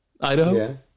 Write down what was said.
Idaho